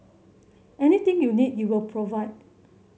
anything you need he will provide